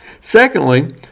Secondly